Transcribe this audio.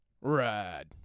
ride